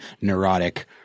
neurotic